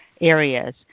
areas